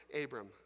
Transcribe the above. Abram